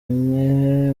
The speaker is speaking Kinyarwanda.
nke